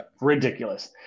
ridiculous